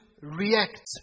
react